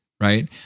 Right